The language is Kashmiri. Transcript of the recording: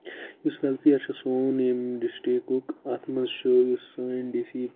یُس وٮ۪لفیر چھُ سون ییٚمہِ ڈِسٹرکُک اَتھ مَنٛز چھُ یہِ سٲنۍ ڈی سی